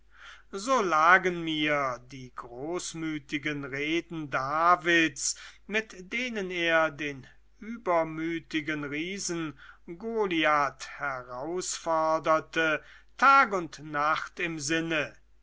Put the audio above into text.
so lagen mir die großmütigen reden davids mit denen er den übermütigen riesen goliath herausforderte tag und nacht im sinne